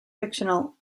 fictional